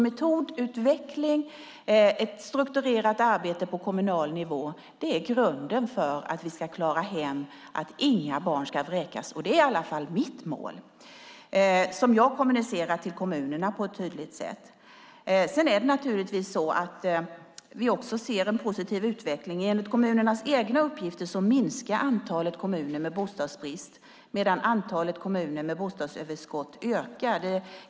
Metodutveckling och ett strukturerat arbete på kommunal nivå är grunden för att vi ska klara hem att inga barn ska vräkas, och det är i alla fall mitt mål, som jag kommunicerar till kommunerna på ett tydligt sätt. Vi ser också en positiv utveckling. Enligt kommunernas egna uppgifter minskar antalet kommuner med bostadsbrist medan antalet kommuner med bostadsöverskott ökar.